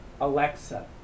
alexa